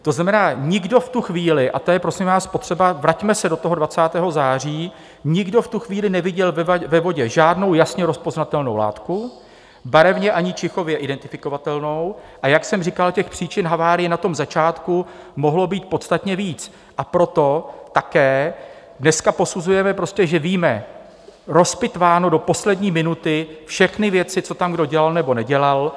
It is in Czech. To znamená, nikdo v tu chvíli a to je, prosím vás, potřeba, vraťme se do toho 20. září neviděl ve vodě žádnou jasně rozpoznatelnou látku, barevně ani čichově identifikovatelnou a jak jsem říkal, těch příčin havárie na tom začátku mohlo být podstatně víc, a proto také dneska posuzujeme prostě, že víme rozpitváno do poslední minuty všechny věci, co tam kdo dělal nebo nedělal.